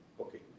Okay